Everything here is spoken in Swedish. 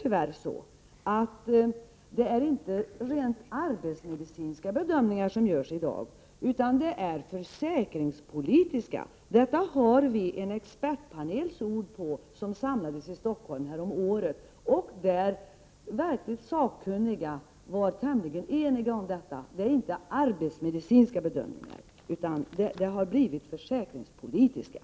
Tyvärr är det inte rent arbetsmedicinska bedömningar som görs i dag utan försäkringspolitiska. Detta har vi en expertpanels ord på. Den samlades i Stockholm häromåret, och då var verkligt sakkunniga tämligen eniga om att det inte är arbetsmedicinska bedömningar som sker utan att det har blivit fråga om försäkringspolitiska.